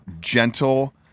gentle